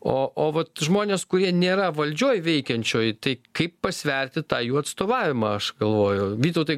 o o vat žmonės kurie nėra valdžioj veikiančioj tai kaip pasverti tą jų atstovavimą aš galvoju vytautai